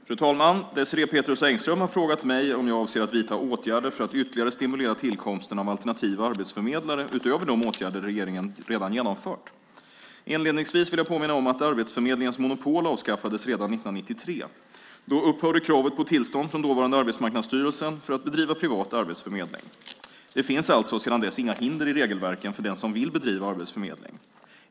Fru talman! Désirée Pethrus Engström har frågat mig om jag avser att vidta åtgärder för att ytterligare stimulera tillkomsten av alternativa arbetsförmedlare utöver de åtgärder regeringen redan genomfört. Inledningsvis vill jag påminna om att Arbetsförmedlingens monopol avskaffades redan 1993. Då upphörde kravet på tillstånd från dåvarande Arbetsmarknadsstyrelsen för att bedriva privat arbetsförmedling. Det finns alltså sedan dess inga hinder i regelverken för den som vill bedriva arbetsförmedling.